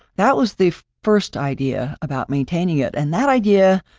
that was the first idea about maintaining it, and that idea,